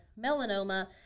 melanoma